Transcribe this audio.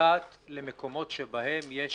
נוגעת למקומות שבהם יש